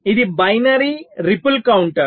ఇది binary ripple counter